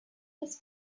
his